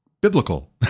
biblical